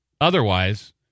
otherwise